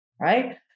right